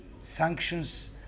sanctions